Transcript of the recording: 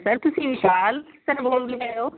sir ਤੁਸੀਂ Vishal sir ਬੋਲਦੇ ਪਏ ਹੋ